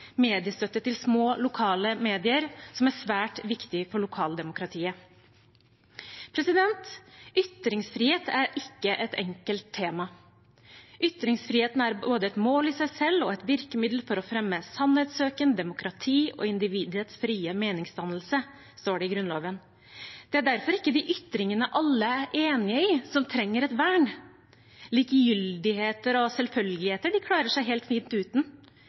mediestøtte til små lokale medier, som er svært viktig for lokaldemokratiet. Ytringsfrihet er ikke et enkelt tema. Ytringsfriheten er både et mål i seg selv og et virkemiddel for å fremme sannhetssøken, demokrati og individets frie meningsdannelse, står det i Grunnloven. Det er derfor ikke de ytringene alle er enig i, som trenger et vern – likegyldigheter og selvfølgeligheter klarer seg helt fint uten.